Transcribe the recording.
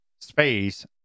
space